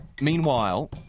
Meanwhile